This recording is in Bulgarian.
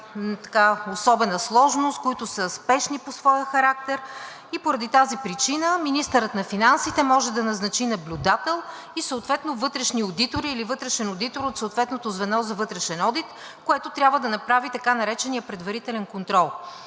особена сложност, които са спешни по своя характер и поради тази причина министърът на финансите може да назначи наблюдател и съответно вътрешни одитори или вътрешен одитор от съответното звено за вътрешен одит, което трябва да направи така наречения предварителен контрол.